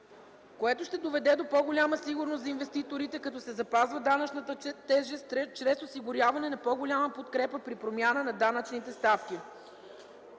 което ще доведе до по-голяма сигурност за инвеститорите, като се запазва данъчната тежест чрез осигуряване на по-голяма подкрепа при промяна на данъчните ставки.”